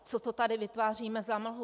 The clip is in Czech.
Co to tady vytváříme za mlhu?